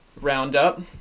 roundup